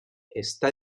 está